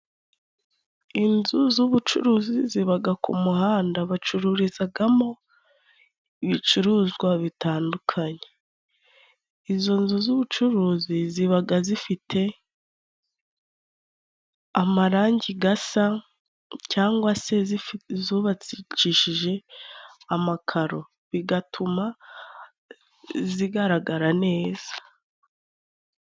inzu z'ubucuruzi zibaga ku muhanda bacururizagamo ibicuruzwa bitandukanye. Izo nzu z'ubucuruzi zibaga zifite amarangi gasa cyangwa se zubatsicishije amakaro bigatuma zigaragara neza.